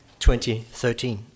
2013